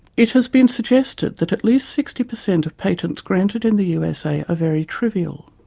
it has been suggested that at least sixty percent of patents granted in the usa are very trivial.